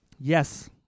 Yes